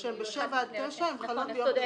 זהן ב-7 9 הן חלות מיום פרסומן.